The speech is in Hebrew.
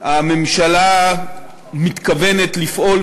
הממשלה מתכוונת לפעול,